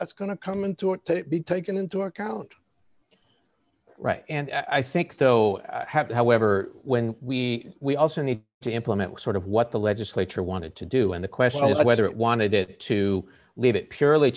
that's going to come into it to be taken into account right and i think though i have to however when we we also need to implement sort of what the legislature wanted to do and the question of whether it wanted it to leave it purely